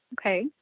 Okay